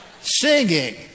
Singing